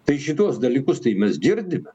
tai šituos dalykus tai mes girdime